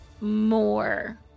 more